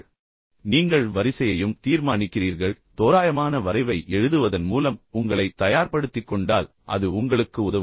எனவே நீங்கள் வரிசையையும் தீர்மானிக்கிறீர்கள் ஒரு தோராயமான வரைவை எழுதுவதன் மூலம் உங்களைத் தயார்படுத்திக் கொண்டால் அது உண்மையில் உங்களுக்கு உதவும்